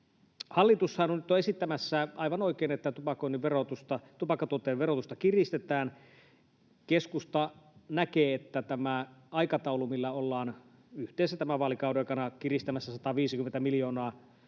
Hallitushan on nyt esittämässä aivan oikein, että tupakkatuotteiden verotusta kiristetään. Keskusta näkee, että tämä aikataulu, millä ollaan yhdessä tämän vaalikauden aikana kiristämässä 150 miljoonaa,